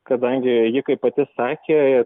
kadangi ji kaip pati sakė